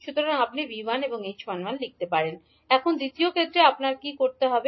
সুতরাং আপনি কি লিখতে পারেন এখন দ্বিতীয় ক্ষেত্রে আপনার কি করতে হবে